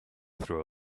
through